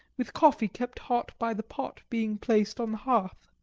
with coffee kept hot by the pot being placed on the hearth.